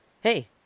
hey